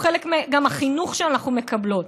גם החינוך שאנחנו מקבלות,